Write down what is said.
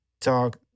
talk